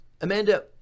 Amanda